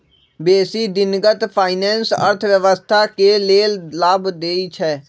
बेशी दिनगत फाइनेंस अर्थव्यवस्था के लेल लाभ देइ छै